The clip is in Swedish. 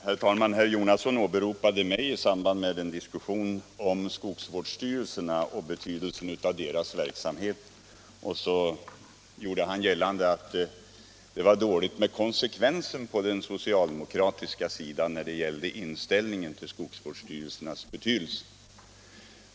Herr talman! Herr Jonasson åberopade mig i samband med en diskussion om skogsvårdsstyrelserna och betydelsen av deras verksamhet. Han gjorde gällande att det var dåligt med konsekvensen på den socialdemokratiska sidan när det gällde inställningen till skogsvårdsstyrelsernas betydelse.